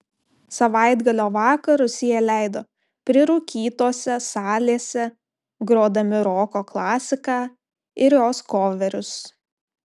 savaitgalio vakarus jie leido prirūkytose salėse grodami roko klasiką ir jos koverius